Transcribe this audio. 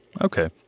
Okay